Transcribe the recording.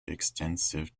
extensive